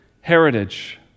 heritage